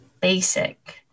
basic